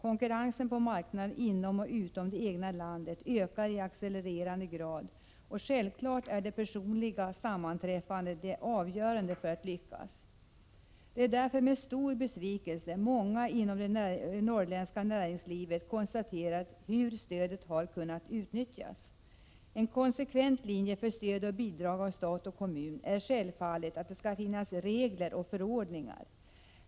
Konkurrensen på marknaden inom och utom det egna landet ökar i accelererande grad, och självfallet är de personliga sammanträffandena avgörande för om man skall lyckas. Det är därför med stor besvikelse många inom det norrländska näringslivet konstaterar hur stödet har kunnat utnyttjas. En konsekvent linje för stöd och bidrag från stat och kommun förutsätter självfallet att det finns regler och förordningar.